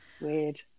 weird